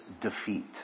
defeat